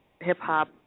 hip-hop